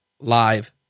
live